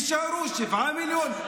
יישארו שבעה מיליון?